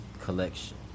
Collection